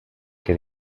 que